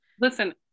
Listen